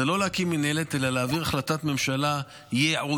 היא לא להקים מינהלת אלא להעביר החלטת ממשלה ייעודית,